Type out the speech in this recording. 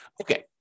Okay